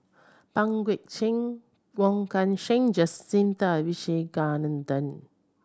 Pang Guek Cheng Wong Kan Seng Jacintha Abisheganaden